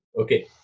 okay